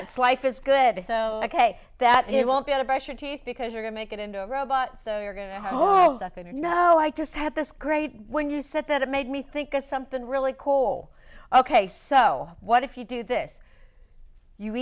iraq's life is good so ok that it won't be to brush your teeth because you're going to make it into a robot so you're going to hold up and you know i just had this great when you said that it made me think of something really cool ok so what if you do this you